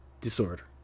disorder